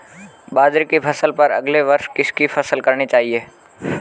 बाजरे की फसल पर अगले वर्ष किसकी फसल करनी चाहिए?